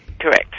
Correct